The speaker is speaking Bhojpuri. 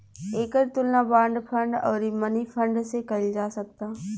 एकर तुलना बांड फंड अउरी मनी फंड से कईल जा सकता